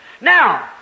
Now